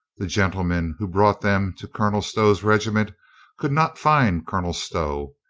the gentleman who brought them to colonel stow's regiment could not find colonel stow,